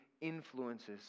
influences